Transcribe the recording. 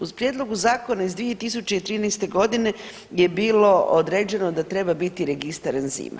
U prijedlogu zakona iz 2013. godine je bilo određeno da treba biti registar enzima.